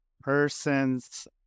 person's